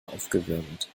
aufgewirbelt